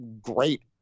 great